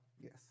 Yes